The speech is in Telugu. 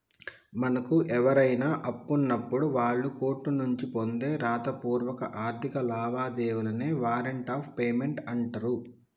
మనకు ఎవరైనా అప్పున్నప్పుడు వాళ్ళు కోర్టు నుండి పొందే రాతపూర్వక ఆర్థిక లావాదేవీలనే వారెంట్ ఆఫ్ పేమెంట్ అంటరు